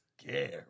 scary